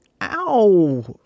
Ow